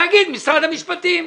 להגיד משרד המשפטים.